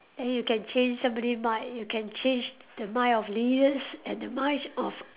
and you can change somebody mind you can the mind of leaders and the mind of